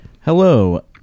hello